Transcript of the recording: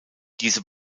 diese